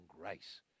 grace